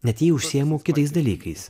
net jei užsiimu kitais dalykais